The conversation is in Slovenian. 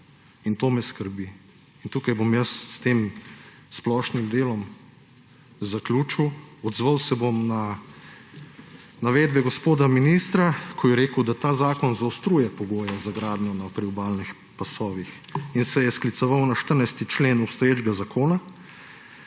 In to me skrbi. Tukaj bom jaz s tem splošnim delom zaključil. Odzval se bom na navedba gospoda ministra, ko je rekel, da ta zakon zaostruje pogoje za gradnjo na priobalnih pasovih in se je skliceval na 14. člen obstoječega zakona,